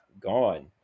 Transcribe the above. gone